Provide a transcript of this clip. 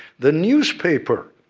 the newspaper,